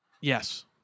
Yes